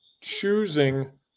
choosing